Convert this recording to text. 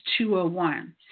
201